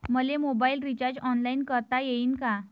मले mobile recharge online करता येईन का?